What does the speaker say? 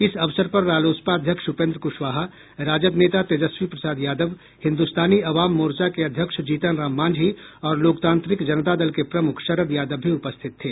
इस अवसर पर रालोसपा अध्यक्ष उपेंद्र कुशवाहा राजद नेता तेजस्वी प्रसाद यादव हिंदुस्तानी अवाम मोर्चा के अध्यक्ष जीतन राम मांझी और लोकतांत्रिक जनता दल के प्रमुख शरद यादव भी उपस्थित थे